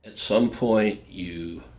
some point you